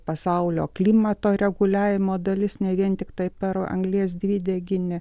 pasaulio klimato reguliavimo dalis ne vien tiktai per anglies dvideginį